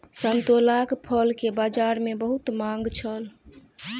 संतोलाक फल के बजार में बहुत मांग छल